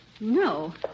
No